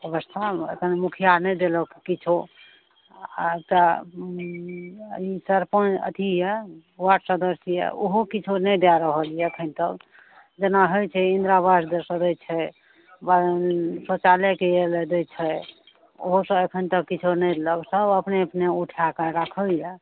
अवस्था अखन मुखिआ नहि देलक किछु आ एकटा ई सरपञ्च अथी यऽ सदस्य यऽ ओहो किछु नहि दए रहल यऽ अखनि तक जेना होइ छै इन्द्रावास दै छै शौचालयके दै छै ओहो सब अखनि तक किछु नहि देलक सब अपने अपने उठा कऽ राखैया